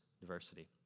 diversity